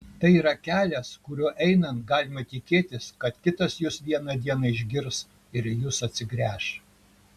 tai yra kelias kuriuo einant galima tikėtis kad kitas jus vieną dieną išgirs ir į jus atsigręš